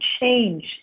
change